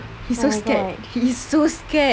he's so scared he is so scared